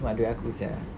duit aku sia